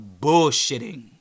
bullshitting